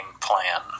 plan